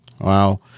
Wow